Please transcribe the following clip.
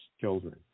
children